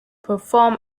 perform